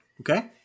Okay